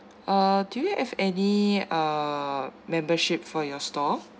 uh do you have any uh membership for your store